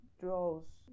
draws